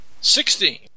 Sixteen